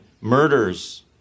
murders